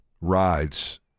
rides